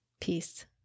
Peace